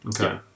Okay